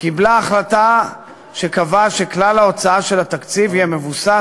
קיבלה החלטה שקבעה שכלל ההוצאה של התקציב יהיה מבוסס